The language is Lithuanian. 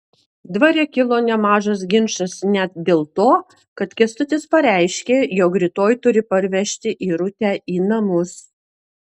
dvare kilo nemažas ginčas net dėl to kad kęstutis pareiškė jog rytoj turi parvežti irutę į namus